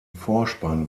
vorspann